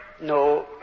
No